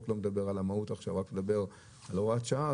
לא מדבר עכשיו על המהות אלא מדבר על הוראת השעה,